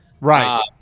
right